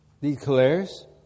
declares